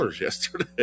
yesterday